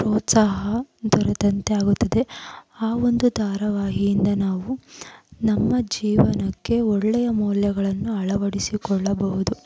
ಪ್ರೋತ್ಸಾಹ ಬರದಂತೆ ಆಗುತ್ತದೆ ಆ ಒಂದು ಧಾರಾವಾಹಿಯಿಂದ ನಾವು ನಮ್ಮ ಜೀವನಕ್ಕೆ ಒಳ್ಳೆಯ ಮೌಲ್ಯಗಳನ್ನು ಅಳವಡಿಸಿಕೊಳ್ಳಬಹುದು